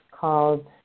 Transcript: called